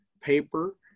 paper